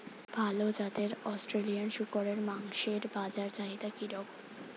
ভাল জাতের অস্ট্রেলিয়ান শূকরের মাংসের বাজার চাহিদা কি রকম?